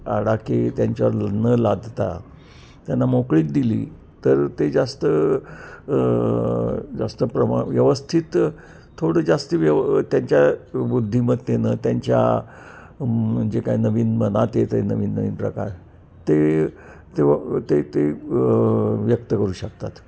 आडाखे त्यांच्यावर न लादता त्यांना मोकळीक दिली तर ते जास्त जास्त प्रमा व्यवस्थित थोडं जास्त व्यव त्यांच्या बुद्धिमत्तेनं त्यांच्या म्हणजे काय नवीन मनात येत आहे नवीन नवीन प्रकार ते ते ते ते व्यक्त करू शकतात